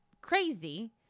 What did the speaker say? crazy